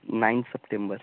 nine September